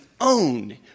own